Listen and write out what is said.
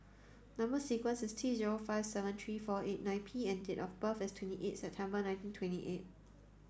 number sequence is T zero five seven three four eight nine P and date of birth is twenty eight September nineteen twenty eight